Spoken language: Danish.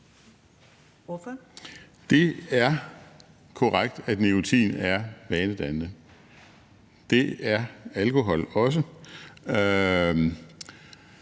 (LA): Det er korrekt, at nikotin er vanedannende. Det er alkohol også.